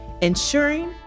ensuring